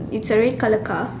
it's a red colour car